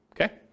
Okay